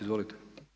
Izvolite.